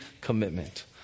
commitment